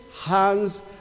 hands